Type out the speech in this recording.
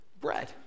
bread